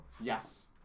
Yes